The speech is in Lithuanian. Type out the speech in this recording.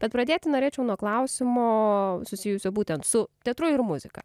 bet pradėti norėčiau nuo klausimo susijusio būtent su teatru ir muzika